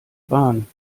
bahn